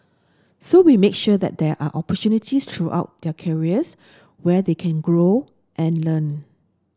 so we make sure that there are opportunities throughout their careers where they can grow and learn